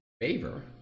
favor